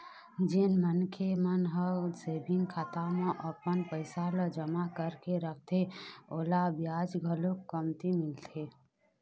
जेन मनखे मन ह सेविंग खाता म अपन पइसा ल जमा करके रखथे ओला बियाज घलोक कमती मिलथे